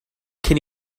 cyn